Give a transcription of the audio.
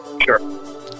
Sure